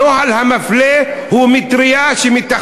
הנוהל המפלה הוא מטרייה שמתחתיה,